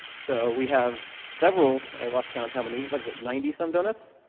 so we have several i lost count, how many? what is it ninety some donuts?